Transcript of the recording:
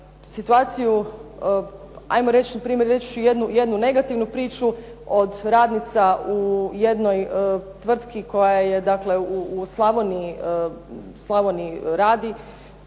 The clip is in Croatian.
situaciju, na primjer reći ću jednu negativnu priču od radnika u jednoj tvrtki koja je dakle u Slavoniji radi